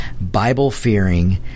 Bible-fearing